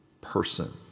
person